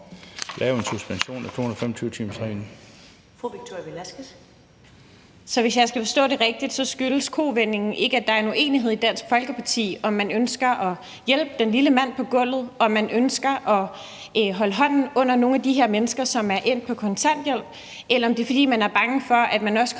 Så hvis jeg skal forstå det rigtigt, skyldes kovendingen ikke, at der er en uenighed i Dansk Folkeparti om, om man ønsker at hjælpe den lille mand på gulvet og holde hånden under nogle af de her mennesker, som er endt på kontanthjælp, eller at man er bange for, at man også kommer til at hjælpe